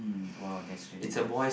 mm !wow! that's really nice